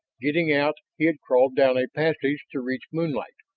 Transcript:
getting out, he had crawled down a passage to reach moonlight,